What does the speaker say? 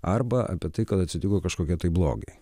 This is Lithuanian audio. arba apie tai kad atsitiko kažkokie tai blogiai